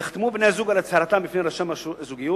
יחתמו בני-הזוג על הצהרתם בפני רשם הזוגיות.